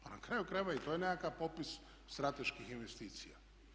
Pa na kraju krajeva i to je nekakav popis strateških investicija.